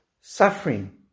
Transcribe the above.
Suffering